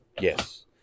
Yes